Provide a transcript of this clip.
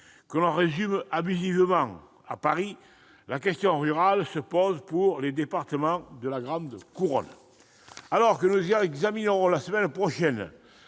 l'on résume abusivement à Paris, elle se pose pour les départements de la grande couronne. Alors que nous examinerons la semaine prochaine